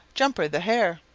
jumper the hare.